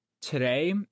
today